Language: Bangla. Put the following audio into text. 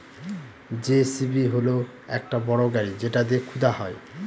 যেসিবি হল একটা বড় গাড়ি যেটা দিয়ে খুদা হয়